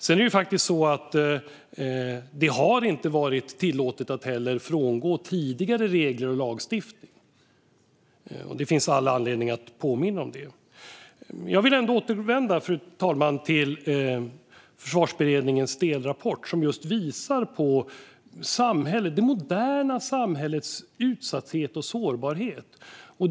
Sedan har det faktiskt inte varit tillåtet att frångå tidigare regler och lagstiftning heller. Det finns all anledning att påminna om det. Jag vill återvända till Försvarsberedningens delrapport, som just visar på det moderna samhällets utsatthet och sårbarhet, fru talman.